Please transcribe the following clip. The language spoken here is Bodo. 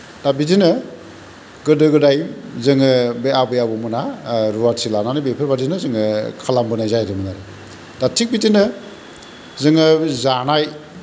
दा बिदिनो गोदो गोदाय जोङो बे आबै आबौमोना रुवाथि लानानै बेफोरबायदिनो जोङो खालामबोनाय जादोंमोन आरो दा थिक बिदिनो जोङो जानाय